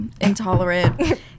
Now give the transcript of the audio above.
intolerant